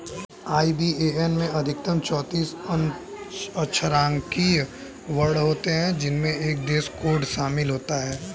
IBAN में अधिकतम चौतीस अक्षरांकीय वर्ण होते हैं जिनमें एक देश कोड शामिल होता है